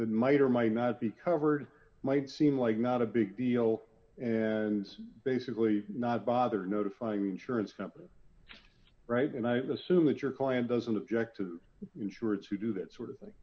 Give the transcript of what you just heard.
that might or might not be covered might seem like not a big deal and basically not bother notifying the insurance company right and i would assume that your client doesn't object to insurance who do that sort of thing